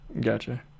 Gotcha